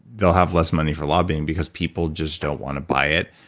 they'll have less money for lobbying because people just don't want to buy it.